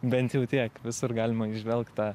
bent jau tiek visur galima įžvelgt tą